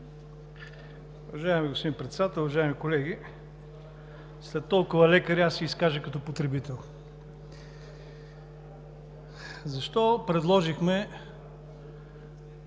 Уважаеми господин Председател, уважаеми колеги! След толкова лекари аз ще се изкажа като потребител. Защо предложихме